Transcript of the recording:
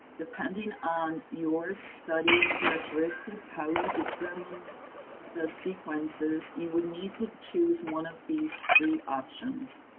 depending on your study characteristics, how you determined the sequences, you would need to choose one of these three options.